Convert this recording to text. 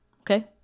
Okay